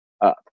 up